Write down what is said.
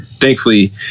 Thankfully